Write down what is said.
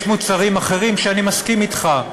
יש מוצרים אחרים שאני מסכים אתך,